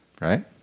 right